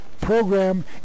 program